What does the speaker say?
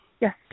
Yes